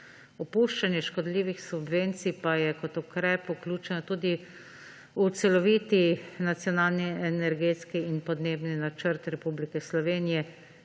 Opuščanje škodljivih subvencij pa je kot ukrep vključeno tudi v celoviti Nacionalni energetski in podnebni načrt Republike Slovenije,